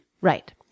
Right